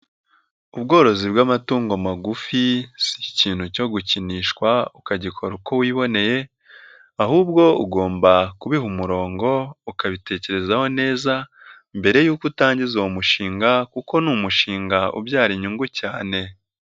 Ubworozi bw'amatungo magufi si ikintu cyo gukinishwa ukagikora uko wiboneye ahubwo ugomba kubiha umurongo, ukabitekerezaho neza, mbere yuko utangiza uwo mushinga kuko ni umushinga ubyara inyungu cyane.